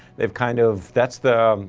they've kind of, that's the,